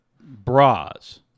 bras